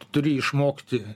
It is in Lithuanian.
turi išmokti